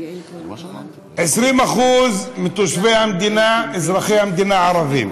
20% מתושבי המדינה, אזרחי המדינה, ערבים.